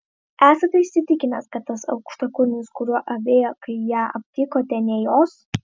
esate įsitikinęs kad tas aukštakulnis kuriuo avėjo kai ją aptikote ne jos